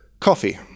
coffee